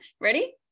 Ready